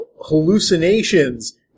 hallucinations